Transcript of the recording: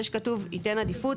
זה שכתוב ייתן עדיפות,